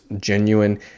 genuine